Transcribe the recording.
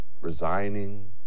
resigning